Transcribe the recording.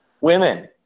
women